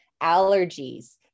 allergies